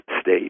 state